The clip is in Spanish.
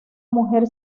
mujer